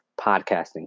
podcasting